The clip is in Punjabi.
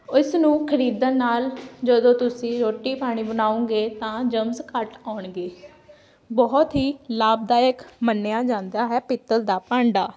ਇਸ ਨੂੰ ਖਰੀਦਣ ਨਾਲ ਜਦੋਂ ਤੁਸੀਂ ਰੋਟੀ ਪਾਣੀ ਬਣਾਓਗੇ ਤਾਂ ਜਮਸ ਘੱਟ ਆਉਣਗੇ ਬਹੁਤ ਹੀ ਲਾਭਦਾਇਕ ਮੰਨਿਆ ਜਾਂਦਾ ਹੈ ਪਿੱਤਲ ਦਾ ਭਾਂਡਾ